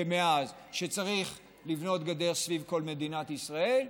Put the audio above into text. ומאז, שצריך לבנות גדר סביב כל מדינת ישראל,